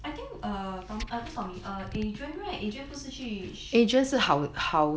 I think err tommy 不是 tommy err adrian right adrian 不是去